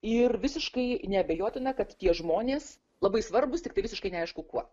ir visiškai neabejotina kad tie žmonės labai svarbūs tiktai visiškai neaišku kuo